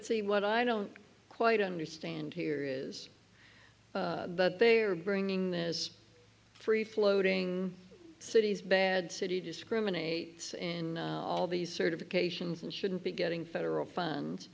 see what i don't quite understand here is but they are bringing this free floating cities bad city discriminate in all these certifications and shouldn't be getting federal funds